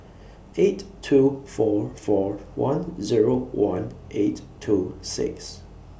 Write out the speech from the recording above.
eight two four four one Zero one eight two six